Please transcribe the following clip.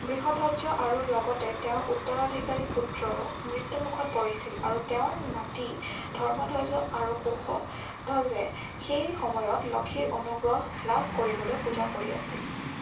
বৃষধ্বজ আৰু লগতে তেওঁৰ উত্তৰাধিকাৰী পুত্ৰও মৃত্যুমুখত পৰিছিল আৰু তেওঁৰ নাতি ধৰ্মধ্বজ আৰু কুশধ্বজে সেই সময়ত লক্ষীৰ অনুগ্ৰহ লাভ কৰিবলৈ পূজা কৰি আছিল